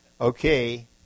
Okay